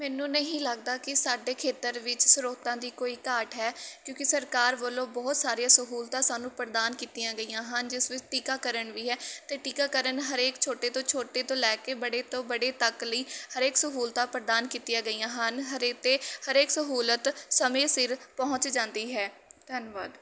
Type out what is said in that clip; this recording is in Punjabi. ਮੈਨੂੰ ਨਹੀਂ ਲੱਗਦਾ ਕਿ ਸਾਡੇ ਖੇਤਰ ਵਿੱਚ ਸ੍ਰੋਤਾਂ ਦੀ ਕੋਈ ਘਾਟ ਹੈ ਕਿਉਂਕਿ ਸਰਕਾਰ ਵੱਲੋਂ ਬਹੁਤ ਸਾਰੀਆਂ ਸਹੂਲਤਾਂ ਸਾਨੂੰ ਪ੍ਰਦਾਨ ਕੀਤੀਆ ਗਈਆ ਹਨ ਜਿਸ ਵਿੱਚ ਟੀਕਾਕਰਨ ਵੀ ਹੈ ਅਤੇ ਟੀਕਾਕਰਨ ਹਰੇਕ ਛੋਟੇ ਤੋਂ ਛੋਟੇ ਤੋਂ ਲੈ ਕੇ ਬੜੇ ਤੋਂ ਬੜੇ ਤੱਕ ਲਈ ਹਰੇਕ ਸਹੂਲਤਾਂ ਪ੍ਰਦਾਨ ਕੀਤੀਆਂ ਗਈਆ ਹਨ ਹਰੇ ਅਤੇ ਹਰੇਕ ਸਹੂਲਤ ਸਮੇਂ ਸਿਰ ਪਹੁੰਚ ਜਾਂਦੀ ਹੈ ਧੰਨਵਾਦ